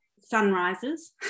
Sunrises